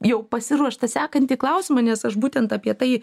jau pasiruoštą sekantį klausimą nes aš būtent apie tai